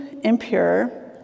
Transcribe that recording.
impure